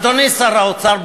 אדוני שר האוצר,